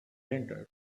entered